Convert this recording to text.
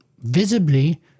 visibly